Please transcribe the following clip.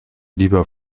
lieber